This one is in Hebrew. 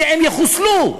שיחוסלו.